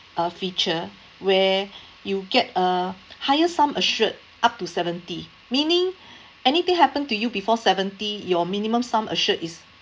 a feature where you'll get a higher sum assured up to seventy meaning anything happened to you before seventy your minimum sum assured is